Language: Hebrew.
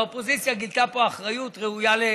והאופוזיציה גילתה פה אחריות ראויה לציון,